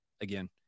again